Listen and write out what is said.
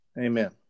Amen